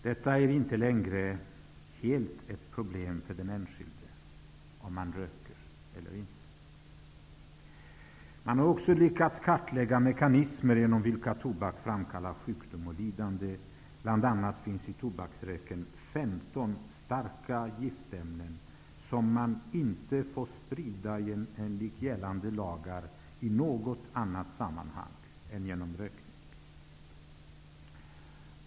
Det är inte längre en ensak för den enskilde om han röker eller inte. Man har också lyckats kartlägga de mekanismer genom vilka tobak framkallar sjukdom och lidande. Bl.a. finns i tobaksröken 15 starka giftämnen som man enligt gällande lagar inte får sprida i något annat annat sammanhang än vid rökning.